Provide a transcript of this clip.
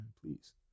Please